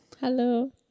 hello